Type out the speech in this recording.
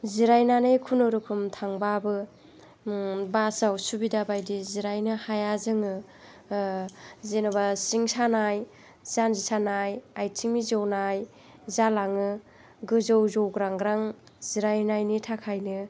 जिरायनानै खुनुरुखुम थांबाबो बासाव सुबिदा बायदि जिरायनो हाया जोङो जेनेबा सिं सानाय जानजि सानाय आथिं मिजौनाय जालाङो गोजौ जौग्रांग्रां जिरायनायनि थाखायनो